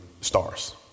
stars